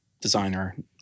designer